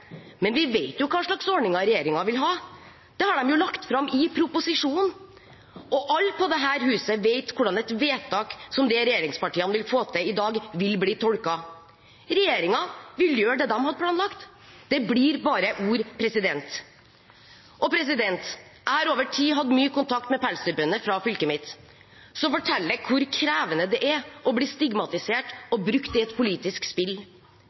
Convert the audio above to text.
Men vi vet jo hva slags ordninger regjeringen vil ha, det har de lagt fram i proposisjonen. Alle i dette huset vet hvordan det vedtaket regjeringspartiene vil få til i dag, vil bli tolket: Regjeringen vil gjøre det de hadde planlagt. Det blir bare ord. Jeg har over tid hatt mye kontakt med pelsdyrbønder fra fylket mitt som forteller hvor krevende det er å bli stigmatisert og brukt i et politisk spill.